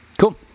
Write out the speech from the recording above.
cool